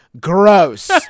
Gross